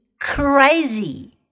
crazy